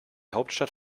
hauptstadt